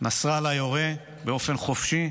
נסראללה יורה באופן חופשי.